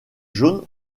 jaune